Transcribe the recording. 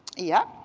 yeah.